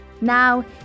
Now